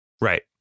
Right